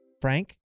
Frank